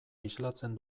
islatzen